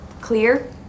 Clear